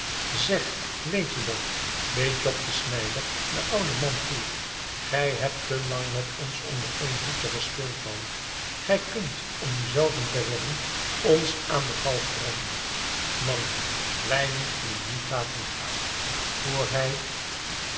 zeg weet je dat beet jop de snijder den ouden man toe gij hebt te lang met ons onder één hoedje gespeeld man ge kunt om uzelven te redden ons aan de galg brengen mannen wij moeten hem niet laten gaan voor hij